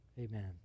Amen